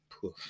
poof